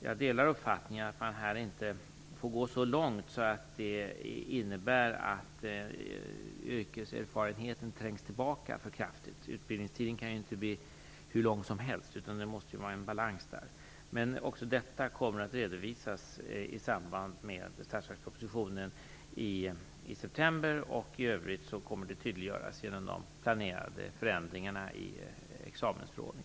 Jag delar uppfattningen att man här inte får gå så långt att yrkeserfarenheten trängs tillbaka för kraftigt. Utbildningstiden kan ju inte bli hur lång som helst, utan det måste vara fråga om en balans där. Också detta kommer att redovisas i samband med statsverkspropositionen i september. I övrigt kommer det att tydliggöras genom de planerade förändringarna i examensförordningarna.